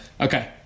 okay